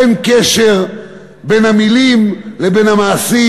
אין קשר בין המילים לבין המעשים,